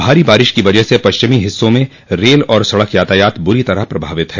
भारी बारिश की वजह से पश्चिमी हिस्सों में रेल और सड़क यातायात बुरी तरह प्रभावित है